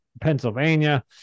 Pennsylvania